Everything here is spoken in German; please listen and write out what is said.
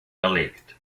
erlegt